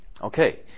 Okay